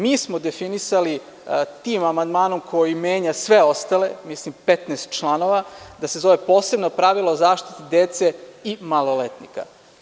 Mi smo definisali tim amandmanom koji menja sve ostale, mislim 15 članova, da se zove: „Posebno pravilo o zaštiti dece i maloletnika“